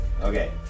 Okay